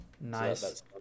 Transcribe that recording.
Nice